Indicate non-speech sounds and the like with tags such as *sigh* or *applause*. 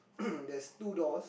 *noise* there is two doors